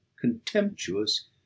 contemptuous